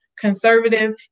Conservative